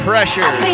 pressure